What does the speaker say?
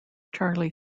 charlie